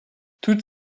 toute